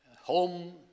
home